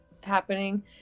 happening